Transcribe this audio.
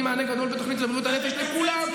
מענה גדול בתוכנית לבריאות הנפש לכולם,